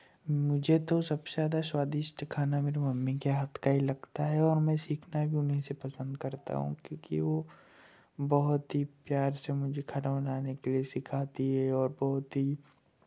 मुझे तो सबसे ज्यादा स्वादिष्ट खाना मेरी मम्मी के हाथ का ही लगता है और मैं सीखना भी उन्हीं से पसंद करता हूँ क्योंकि वो बहुत ही प्यार से मुझे खाना बनाने के लिए सिखाती है और बहुत ही